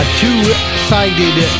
two-sided